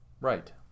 Right